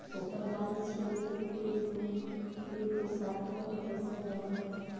ओकर बाल छील के फिर ओइके साफ कर के सजावल जाला